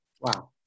wow